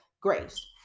grace